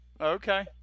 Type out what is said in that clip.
okay